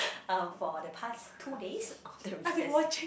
um for the past two days of the recess